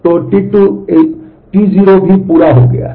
तो T2 e T0 भी पूरा हो गया है